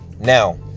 Now